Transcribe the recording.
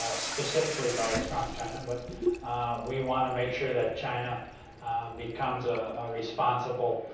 ah specifically by a strong china, but we want to make sure that china becomes ah a responsible